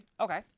Okay